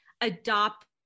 adopt